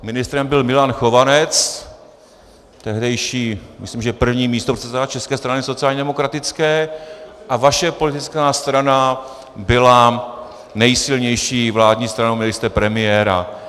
Ministrem byl Milan Chovanec, tehdejší myslím že první místopředseda České strany sociálně demokratické, a vaše politická strana byla nejsilnější vládní stranou, měli jste premiéra.